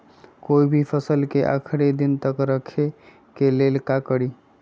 कोई भी फल के अधिक दिन तक रखे के लेल का करी?